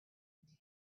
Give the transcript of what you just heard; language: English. get